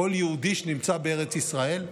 כל יהודי שנמצא בארץ ישראל,